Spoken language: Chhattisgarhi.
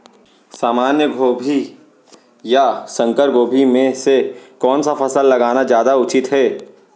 सामान्य गोभी या संकर गोभी म से कोन स फसल लगाना जादा उचित हे?